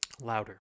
louder